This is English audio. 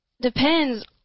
depends